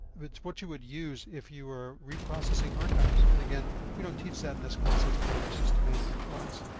it's what you would use if you were reprocessing archives. and again, we do not teach that in this class. that's part of our system management class.